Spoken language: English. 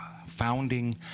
founding